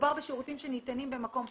מדובר בשירותים שניתנים במקום פרטי,